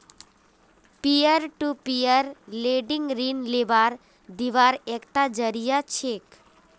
peer to peer lending ऋण लीबार दिबार एकता जरिया छिके